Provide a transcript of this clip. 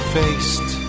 faced